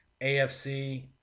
AFC